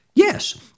Yes